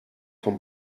von